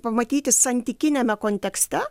pamatyti santykiniame kontekste